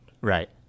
Right